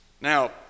Now